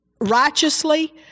righteously